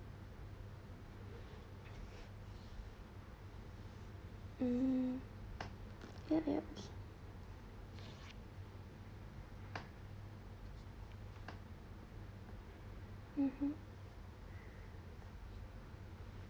mm yup yup mmhmm